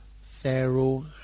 Pharaoh